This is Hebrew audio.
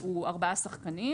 הוא ארבעה שחקנים